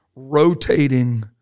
rotating